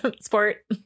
Sport